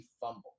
fumble